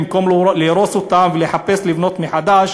במקום להרוס אותם ולחפש לבנות מחדש,